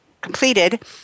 completed